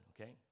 okay